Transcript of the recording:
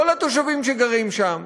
לא לתושבים שגרים שם,